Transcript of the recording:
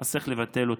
צריך לבטל אותו.